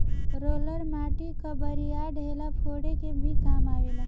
roller माटी कअ बड़ियार ढेला फोरे के भी काम आवेला